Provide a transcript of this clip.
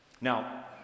Now